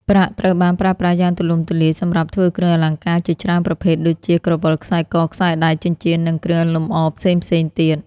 ប្រាក់ត្រូវបានប្រើប្រាស់យ៉ាងទូលំទូលាយសម្រាប់ធ្វើគ្រឿងអលង្ការជាច្រើនប្រភេទដូចជា ក្រវិល ខ្សែក ខ្សែដៃ ចិញ្ចៀន និងគ្រឿងលម្អផ្សេងៗទៀត។